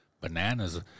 bananas